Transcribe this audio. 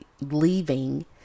leaving